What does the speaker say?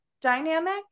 dynamic